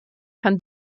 kann